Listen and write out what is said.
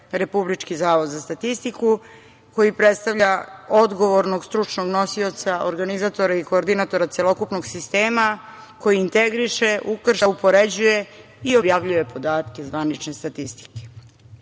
Republički zavod za statistiku koji predstavlja odgovornog stručnog nosioca, organizatora i koordinatora celokupnog sistema, koji integriše, ukršta, upoređuje i objavljuje podatke zvanične